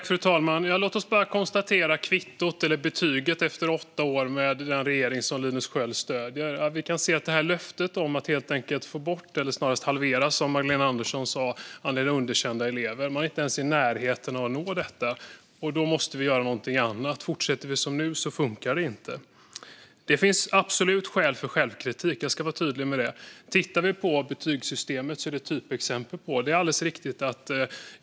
Fru talman! Låt oss se på betyget efter åtta år med den regering som Linus Sköld stöder. Vi kan se att när det gäller löftet om att få bort, eller snarast halvera, som Magdalena Andersson sa, andelen underkända elever är man inte ens i närheten av att nå det. Då måste vi göra någonting annat. Fortsätter vi som nu funkar det inte. Det finns absolut skäl till självkritik. Jag ska vara tydlig med det. Betygssystemet är ett typexempel.